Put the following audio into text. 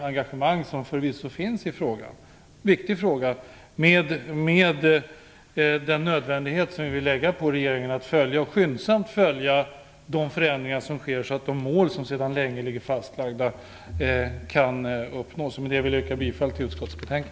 Det är en viktig fråga. Vi anser att det är nödvändigt att regeringen skyndsamt följer de förändringar som sker, så att de mål som sedan länge är fastlagda kan uppnås. Med det anförda vill jag yrka bifall till utskottets hemställan.